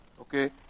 Okay